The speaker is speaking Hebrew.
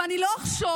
ואני לא אחשוש,